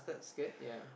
skirt yea